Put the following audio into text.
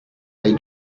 they